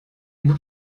nur